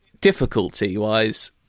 difficulty-wise